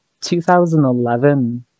2011